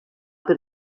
per